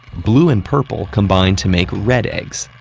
blue and purple combine to make red eggs.